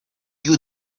you